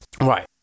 Right